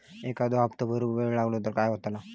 एखादो हप्तो भरुक वेळ लागलो तर काय होतला?